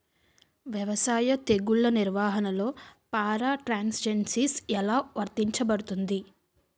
వ్యవసాయ తెగుళ్ల నిర్వహణలో పారాట్రాన్స్జెనిసిస్ఎ లా వర్తించబడుతుంది?